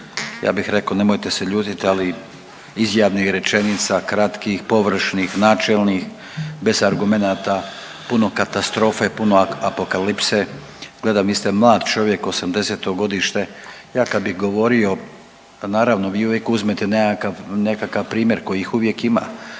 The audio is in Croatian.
ja bih rekao nemojte se ljutiti ali izjavnih rečenica kratkih, pogrešnih, načelnih, bez argumenata, puno katastrofe, puno apokalipse. Gledam vi ste mlad čovjek '80. godište. Ja kad bih govorio pa naravno vi uvijek uzmete nekakav primjer kojih uvijek ima.